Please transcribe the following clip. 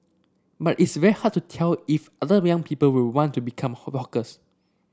but it's very hard to tell if other young people will want to become hawkers